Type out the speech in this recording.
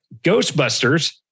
Ghostbusters